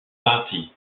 party